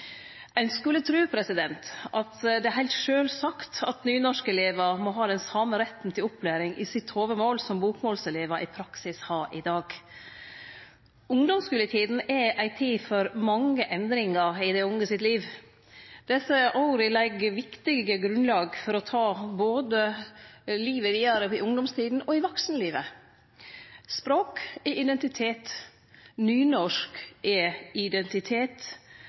Ein skulle tru at det er heilt sjølvsagt at nynorskelevar må ha den same retten til opplæring i hovudmålet sitt som bokmålselevar i praksis har i dag. Ungdomsskuletida er ei tid for mange endringar i dei unges liv. Desse åra legg eit viktig grunnlag for livet vidare, i ungdomstida og i vaksenlivet. Språk er identitet. Nynorsk er identitet. Og dei som skiftar frå nynorsk til bokmål i